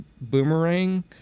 boomerang